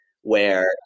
where-